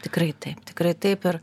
tikrai taip tikrai taip ir